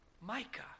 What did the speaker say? Micah